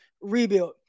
rebuild